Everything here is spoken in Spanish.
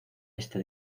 este